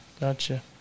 gotcha